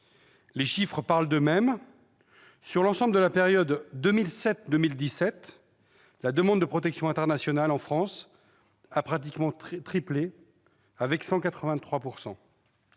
Les chiffres parlent d'eux-mêmes : au cours de la décennie 2007-2017, la demande de protection internationale en France a pratiquement triplé, augmentant